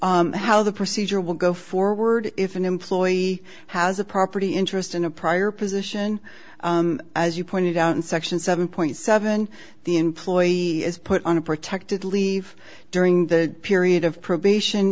clear how the procedure will go forward if an employee has a property interest in a prior position as you pointed out in section seven point seven the employee is put on a protected leave during the period of probation